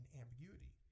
ambiguity